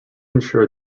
ensure